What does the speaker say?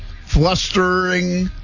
flustering